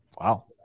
Wow